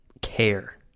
care